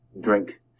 drink